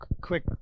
quick